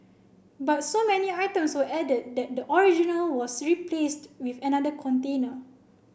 but so many items were added that the original was replaced with another container